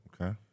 Okay